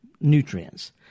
nutrients